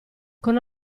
con